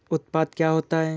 उत्पाद क्या होता है?